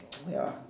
ya